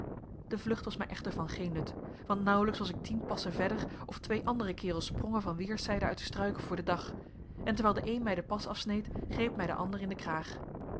de vlucht was mij echter van geen nut want nauwelijks was ik tien passen verder of twee andere kerels sprongen van weerszijden uit de struiken voor den dag en terwijl de een mij den pas afsneed greep mij de ander in den kraag